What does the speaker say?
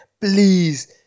please